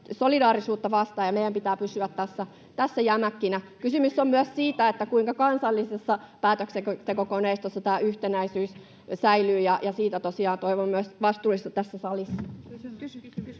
Mikä viesti me saatiin? Ei mitään!] Kysymys on myös siitä, kuinka kansallisessa päätöksentekokoneistossa tämä yhtenäisyys säilyy, ja siitä tosiaan toivon myös vastuullisuutta tässä salissa.